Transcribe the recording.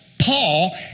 Paul